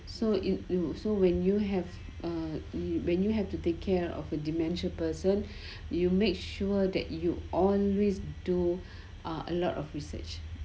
so it would so when you have a when you have to take care of a dementia person you make sure that you always do uh a lot of research